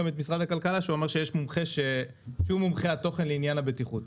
את משרד הכלכלה שהוא אמר שיש מומחה שהוא מומחה התוכן לעניין הבטיחות.